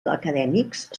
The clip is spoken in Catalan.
acadèmics